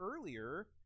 earlier